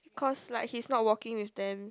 cause like he's not walking with them